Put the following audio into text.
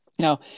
Now